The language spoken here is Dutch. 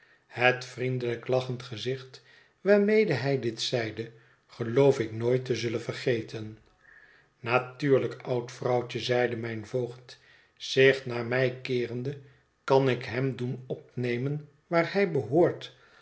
het vriendelijk lachend gezicht waarmede hij dit zeide geloof ik nooit te zullen vergeten natuurlijk oud vrouwtje zeide mijn voogd zich naar mij keerende kan ik hem doen opnemen waar hij behoort